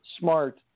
smart